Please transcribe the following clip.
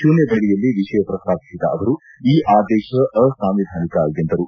ಶೂನ್ವವೇಳೆಯಲ್ಲಿ ವಿಷಯ ಪ್ರಸ್ತಾಪಿಸಿದ ಅವರು ಈ ಆದೇಶ ಅಸಾಂವಿಧಾನಿಕ ಎಂದರು